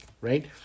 right